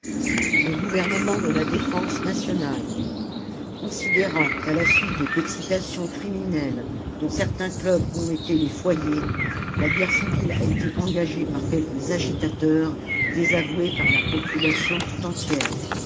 le gouvernement de la défense nationale considérant qu'à la suite d'excitations criminelles dont certains clubs ont été les foyers la guerre civile a été engagée par quelques agitateurs désavoués par la population tout entière